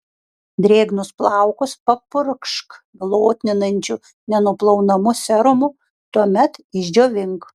drėgnus plaukus papurkšk glotninančiu nenuplaunamu serumu tuomet išdžiovink